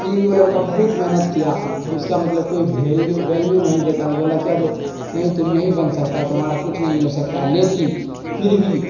پھر بھی وہ لڑکا بہت محنت کیا تو اس کا مطلب کوئی ویلیو ویلیو نہیں دیتا تھا بولا کیا جو نہیں تم نہیں بن سکتا تمہارا کچھ نہیں ہو سکتا لیکن پھر بھی